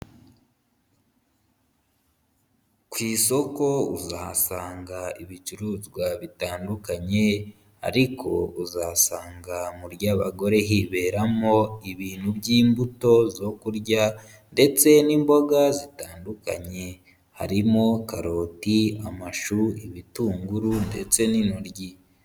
Ku isoko uzahasanga ibicuruzwa bitandukanye, ariko uzasanga mu ry'abagore hiberamo ibintu by'imbuto zo kurya ndetse n'imboga zitandukanye, harimo karoti, amashu, ibitunguru, ndetse n'intoryi.